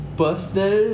personal